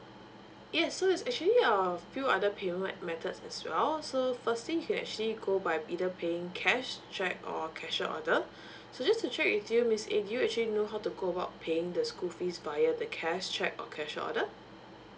yes so it's actually a few other payment me~ methods as well so firstly you can actually go by either paying cash cheque or cashier order so just to check with you miss a do you actually know how to go about paying the school fees via the cash cheque or cashier order